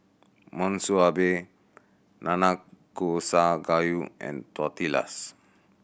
Monsunabe Nanakusa Gayu and Tortillas